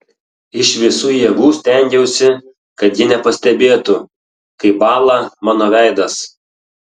iš visų jėgų stengiausi kad ji nepastebėtų kaip bąla mano veidas